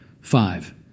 Five